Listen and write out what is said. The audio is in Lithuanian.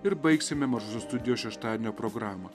ir baigsime mažosios studijos šeštadienio programą